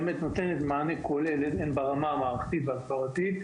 האפליקציה באמת נותנת מענה כולל ברמה המערכתית וההסברתית.